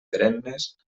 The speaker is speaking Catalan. perennes